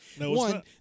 One